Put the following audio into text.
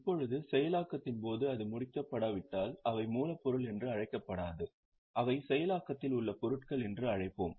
இப்போது செயலாக்கத்தின் போது அது முடிக்கப்படாவிட்டால் அவை மூலப்பொருள் என்று அழைக்கப்படாது அவை செயலாக்கத்தில் உள்ள பொருட்கள் என்று அழைப்போம்